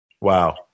Wow